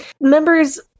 Members